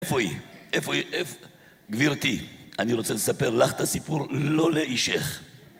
איפה היא? איפה היא? גבירתי, אני רוצה לספר לך את הסיפור, לא לאישך.